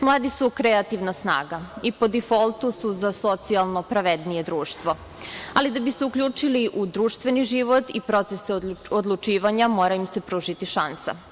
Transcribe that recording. Mladi su kreativna snaga i po difoltu su za socijalno pravednije društvo, ali da bi se uključili u društveni život i proces odlučivanja mora im se pružiti šansa.